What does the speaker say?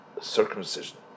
circumcision